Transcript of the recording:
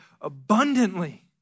abundantly